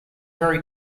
very